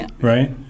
right